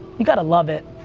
you gotta love it.